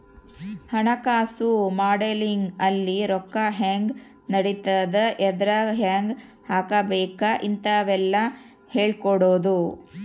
ಹಣಕಾಸು ಮಾಡೆಲಿಂಗ್ ಅಲ್ಲಿ ರೊಕ್ಕ ಹೆಂಗ್ ನಡಿತದ ಎದ್ರಾಗ್ ಹೆಂಗ ಹಾಕಬೇಕ ಇಂತವೆಲ್ಲ ಹೇಳ್ಕೊಡೋದು